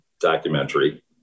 documentary